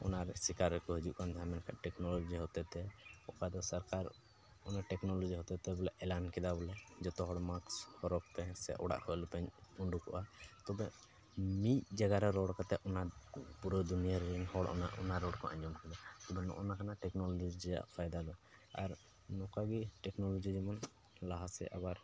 ᱚᱱᱟᱨᱮ ᱥᱤᱠᱟᱨ ᱨᱮᱠᱚ ᱦᱤᱡᱩᱜ ᱠᱟᱱ ᱛᱟᱦᱮᱱ ᱢᱮᱱᱠᱷᱟᱱ ᱴᱮᱠᱱᱳᱞᱳᱡᱤ ᱦᱚᱛᱮ ᱛᱮ ᱚᱠᱟᱫᱚ ᱥᱚᱨᱠᱟᱨ ᱚᱱᱟ ᱴᱮᱠᱱᱳᱞᱚᱡᱤ ᱦᱚᱛᱮᱡ ᱛᱮ ᱵᱚᱞᱮ ᱮᱞᱟᱱ ᱠᱚᱫᱟ ᱵᱚᱞᱮ ᱡᱚᱛᱚ ᱦᱚᱲ ᱢᱟᱜᱽᱥ ᱦᱚᱨᱚᱜ ᱯᱮ ᱥᱮ ᱚᱲᱟᱜ ᱠᱷᱚᱱ ᱟᱞᱚᱯᱮ ᱩᱰᱩᱠᱚᱜᱼᱟ ᱛᱚᱵᱮ ᱢᱤᱫ ᱡᱟᱜᱟᱨᱮ ᱨᱚᱲ ᱠᱟᱛᱮ ᱚᱱᱟ ᱯᱩᱨᱟᱹ ᱫᱩᱱᱭᱟᱹᱨᱮᱱ ᱦᱚᱲ ᱚᱱᱟ ᱚᱱᱟ ᱨᱚᱲ ᱠᱚ ᱟᱸᱡᱚᱢ ᱠᱮᱫᱟ ᱛᱚᱵᱮ ᱱᱚᱜᱼᱚ ᱱᱟ ᱠᱟᱱᱟ ᱴᱮᱠᱱᱳᱞᱳᱡᱤ ᱨᱤᱭᱟᱜ ᱯᱷᱟᱭᱫᱟ ᱫᱚ ᱟᱨ ᱱᱚᱠᱟ ᱜᱮ ᱴᱮᱠᱱᱳᱞᱳᱡᱤ ᱡᱮᱢᱚᱱ ᱞᱟᱦᱟ ᱥᱮᱫ ᱟᱵᱟᱨ